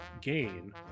gain